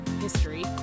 history